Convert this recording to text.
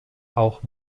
auch